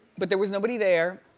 but, there was nobody there.